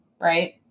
right